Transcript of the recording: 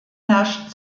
herrscht